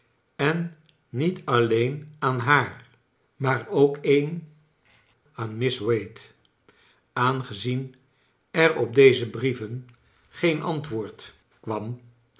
en niet alleen aan haar maar ook een aan miss wade aangezien er op deze brieven geen antchaeles dickens woord kwam